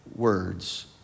words